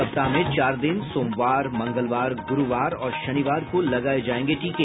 सप्ताह में चार दिन सोमवार मंगलवार गुरूवार और शनिवार को लगाये जायेंगे टीके